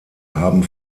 haben